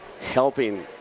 helping